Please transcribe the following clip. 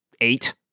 eight